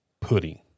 pudding